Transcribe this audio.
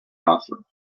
offer